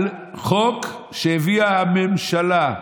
על חוק שהביאה הממשלה,